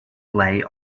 lay